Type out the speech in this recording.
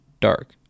dark